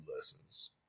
lessons